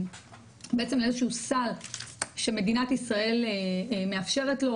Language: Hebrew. בעצם לאיזה שהוא סל שמדינת ישראל מאפשרת לו,